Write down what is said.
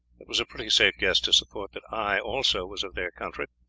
it was a pretty safe guess to suppose that i also was of their country.